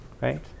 right